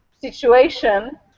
situation